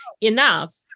enough